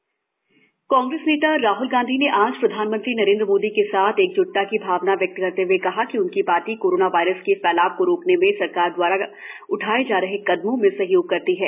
Rahul PM पत्र कांग्रेस नेता राहल गांधी ने आज प्रधानमंत्री नरेन्द्र मोदी के साथ एकजुटता की भावना व्यक्त करते हए कहा कि उनकी पार्टी कोरोना वायरस के फैलाव को रोकने में सरकार दवारा उठाए जा रहे कदमों में सहयोग करती है